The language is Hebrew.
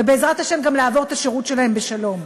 ובעזרת השם גם לעבור את השירות שלהם בשלום.